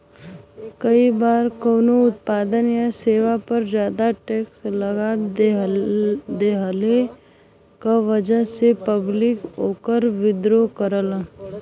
कई बार कउनो उत्पाद या सेवा पर जादा टैक्स लगा देहले क वजह से पब्लिक वोकर विरोध करलन